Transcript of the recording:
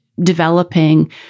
developing